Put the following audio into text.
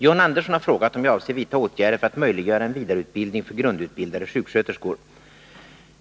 John Andersson har frågat om jag avser vidta åtgärder för att möjliggöra en vidareutbildning för grundutbildade sjuksköterskor.